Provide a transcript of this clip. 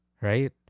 Right